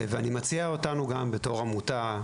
ואני מציע אותנו גם בתור עמותה.